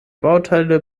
bauteile